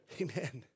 Amen